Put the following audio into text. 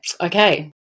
okay